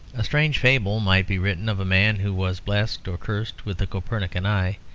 a strange fable might be written of a man who was blessed or cursed with the copernican eye,